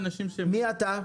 מי אתה?